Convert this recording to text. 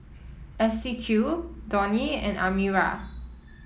Esequiel Donny and Amira